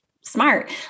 Smart